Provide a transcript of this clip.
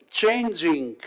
changing